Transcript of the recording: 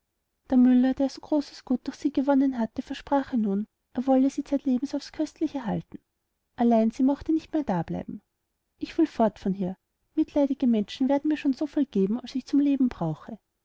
der müller weil er so großes gut durch sie gewonnen hatte versprach ihr nun er wolle sie zeitlebens aufs köstlichste halten allein sie mochte nicht mehr dableiben ich will fort von hier mitleidige menschen werden mir schon soviel geben als ich zum leben brauche